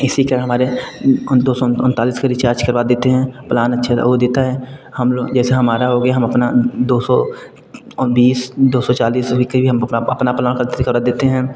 इसी तरह हमारे हम दो सौ उनतालीस के रिचार्ज करवा देते हैं प्लान अच्छे वो देता है हम लो जैसे हमारा हो गया हम अपना दो सौ और बीस दो सौ चालीस अभी के लिए हम अपना प्लान करा देते हैं